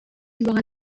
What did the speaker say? اللغة